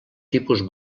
tipus